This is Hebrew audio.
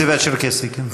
הדרוזי והצ'רקסי, כן.